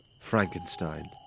Frankenstein